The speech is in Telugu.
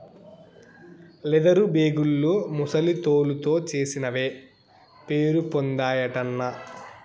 లెదరు బేగుల్లో ముసలి తోలుతో చేసినవే పేరుపొందాయటన్నా